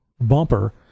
bumper